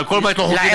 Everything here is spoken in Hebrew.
על כל בית לא חוקי